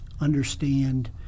understand